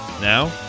Now